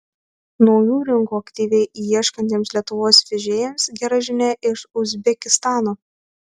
naujų rinkų aktyviai ieškantiems lietuvos vežėjams gera žinia iš uzbekistano